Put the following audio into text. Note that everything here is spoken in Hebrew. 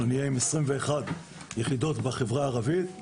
אנחנו נהיה עם 21 יחידות בחברה הערבית.